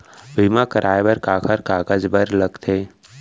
बीमा कराय बर काखर कागज बर लगथे?